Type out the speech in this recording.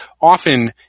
often